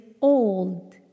old